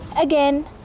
again